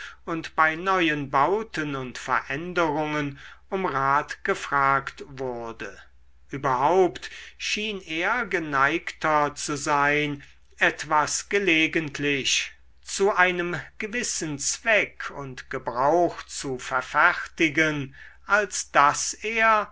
und bei neuen bauten und veränderungen um rat gefragt wurde überhaupt schien er geneigter zu sein etwas gelegentlich zu einem gewissen zweck und gebrauch zu verfertigen als daß er